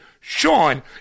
Sean